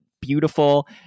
beautiful